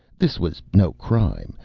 this was no crime,